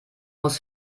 muss